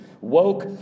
Woke